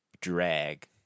drag